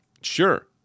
Sure